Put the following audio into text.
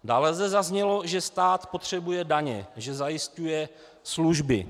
Dále zde zaznělo, že stát potřebuje daně, že zajišťuje služby.